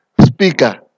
speaker